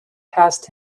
past